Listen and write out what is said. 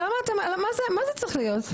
מה זה צריך להיות?